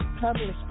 published